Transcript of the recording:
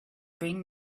bring